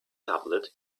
tablet